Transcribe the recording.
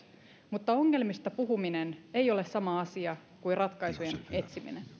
mutta ongelmista puhuminen ei ole sama asia kuin ratkaisujen etsiminen